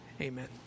amen